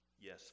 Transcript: Yes